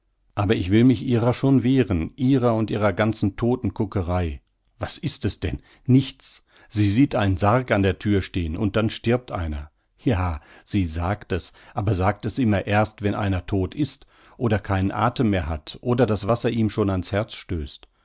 aber ich will mich ihrer schon wehren ihrer und ihrer ganzen todtenkuckerei was ist es denn nichts sie sieht einen sarg an der thür stehn und dann stirbt einer ja sie sagt es aber sagt es immer erst wenn einer todt ist oder keinen athem mehr hat oder das wasser ihm schon an's herz stößt